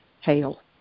Hail